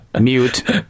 Mute